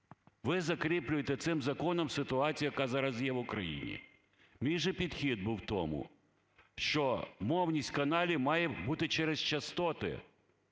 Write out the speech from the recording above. Ви закріплюєте цим законом ситуацію, яка зараз є в Україні. Мій же підхід був в тому, щомовність каналів має бути через частоти,